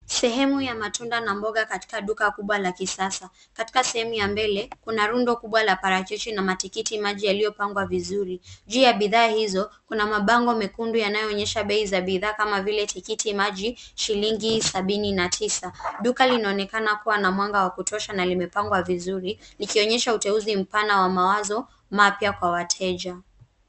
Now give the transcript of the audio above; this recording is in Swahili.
Sehemu ya matunda na mboga katika duka kubwa la kisasa. Katika sehemu ya mbele kuna rundo kubwa la parachichi na matikiti maji yaliyopangwa vizuri. Juu ya bidhaa hizo kuna mabango mekundu yanayoonyesha bei za bidhaa kama vile tikiti maji shilingi sabini na tisa. Duka linaonekana kuwa na mwanga wa kutosha na limepangwa vizuri likionyesha uteuzi mpana wa mawazo mapya kwa wateja.